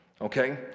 okay